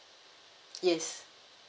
yes